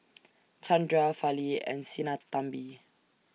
Chandra Fali and Sinnathamby